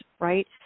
right